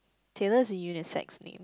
Taylor's a unisex name